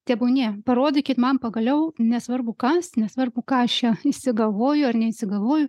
tebūnie parodykit man pagaliau nesvarbu kas nesvarbu ką aš čia išsigalvoju ar neišsigalvoju